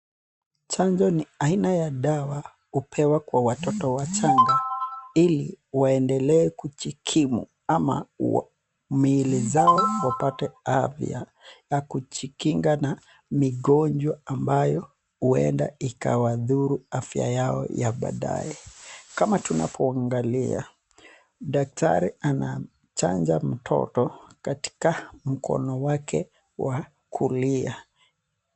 Chanjo ni aina ya dawa hupewa Kwa watoto wachanga hili waendelee kujikimu, ama miili zao wapate afya na kujikinga na migonjwo ambayo hienda ikadhuru afya yao ya badae kama tunapoangalia daktari anachanja mtoto katika mkono wake wa kulia